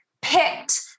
picked